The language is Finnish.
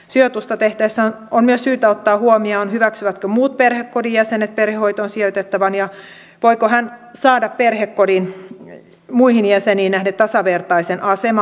sijoitusta tehtäessä on myös syytä ottaa huomioon hyväksyvätkö muut perhekodin jäsenet perhehoitoon sijoitettavan ja voiko hän saada perhekodin muihin jäseniin nähden tasavertaisen aseman